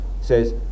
says